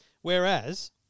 Whereas